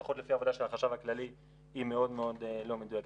לפחות לפי העבודה של החשב הכללי היא מאוד לא מדויקת.